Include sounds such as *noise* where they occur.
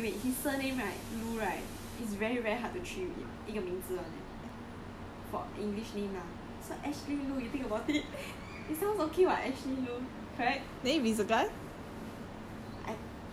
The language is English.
eh loo his surname right okay wait his surname right loo right is very very hard to 取一个名字 [one] eh for english name lah so ashley loo you think about it *laughs* it sounds okay [what] ashley loo correct